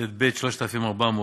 טב/3400,